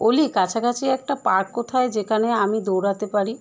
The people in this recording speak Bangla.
ওলি কাছাকাছি একটা পার্ক কোথায় যেখানে আমি দৌড়াতে পারি